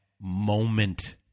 moment